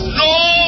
no